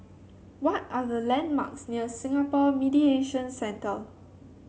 what are the landmarks near Singapore Mediation Centre